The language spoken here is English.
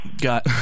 Got